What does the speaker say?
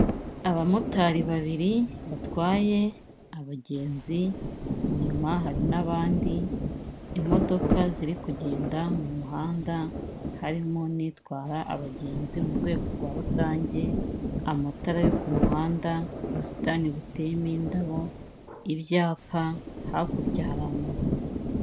Abamotari babiri batwaye abagenzi, inyuma hari n'abandi, imodoka ziri kugenda mu muhanda, harimo n'itwara abagenzi mu rwego rwa rusange, amatara yo ku muhanda, ubusitani buteyemo indabo, ibyapa hakurya hari amazu.